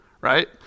right